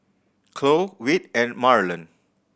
Khloe Whit and Marland